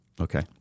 Okay